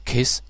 Kiss